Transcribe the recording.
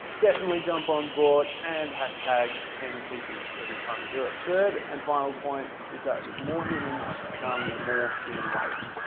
definitely jump on board and hashtag ten pieces every time you do it. third and final point is that with more humans, comes more human waste.